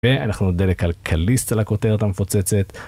ואנחנו נודה לכלכליסט על הכותרת המפוצצת